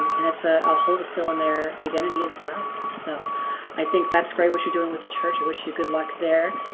and it's ah a hole to fill in their identity as well so i think that's great what you're doing with the church i wish you good luck there.